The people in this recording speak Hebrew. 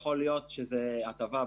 אנחנו חושבים שתיקון 235 היה מוצלח מאוד.